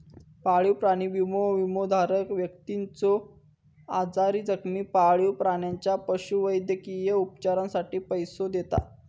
पाळीव प्राणी विमो, विमोधारक व्यक्तीच्यो आजारी, जखमी पाळीव प्राण्याच्या पशुवैद्यकीय उपचारांसाठी पैसो देता